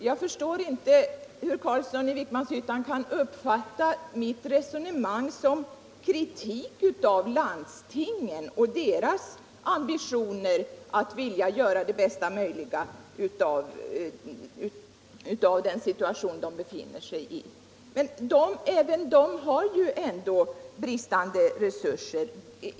Jag förstår inte att herr Carlsson i Vikmanshyttan kan uppfatta mitt resonemang som kritik av landstingen och deras ambition att vilja göra det bästa möjliga i den situation de befinner sig i. Men även de har brist på resurser.